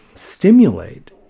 stimulate